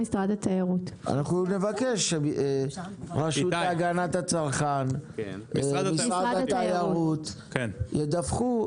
נבקש שהרשות להגנת הצרכן ומשרד התיירות ידווחו.